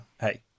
hey